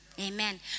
Amen